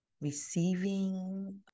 receiving